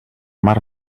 mar